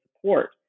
support